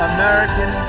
American